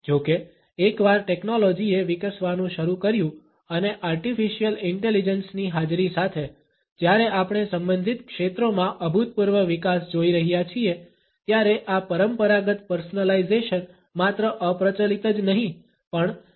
જો કે એકવાર ટેક્નોલોજીએ વિકસવાનું શરૂ કર્યું અને આર્ટિફિશિયલ ઇંટેલિજેંસ ની હાજરી સાથે જ્યારે આપણે સંબંધિત ક્ષેત્રોમાં અભૂતપૂર્વ વિકાસ જોઈ રહ્યા છીએ ત્યારે આ પરંપરાગત પર્સનલાઇઝેશન માત્ર અપ્રચલિત જ નહીં પણ ઘણી રીતે નિરર્થક પણ બની ગયું છે